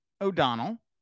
O'Donnell